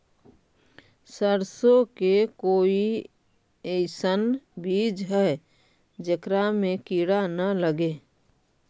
सरसों के कोई एइसन बिज है जेकरा में किड़ा न लगे?